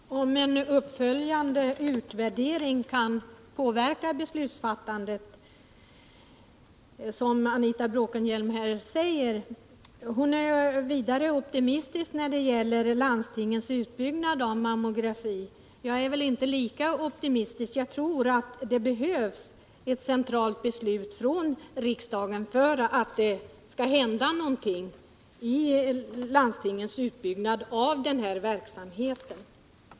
Fru talman! Det är bra om en uppföljande utvärdering kan påverka beslutsfattandet, som Anita Bråkenhielm här säger. Hon är också optimistisk när det gäller landstingens utbyggnad av mammografin. Jag är kanske inte lika optimistisk, utan jag tror att det behövs ett centralt beslut i riksdagen för att det skall hända någonting i fråga om landstingens utbyggnad av den här verksamheten.